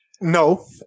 no